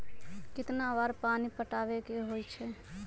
कितना बार पानी पटावे के होई छाई?